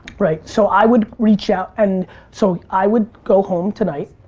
right, so i would reach out, and so i would go home tonight,